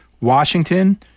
Washington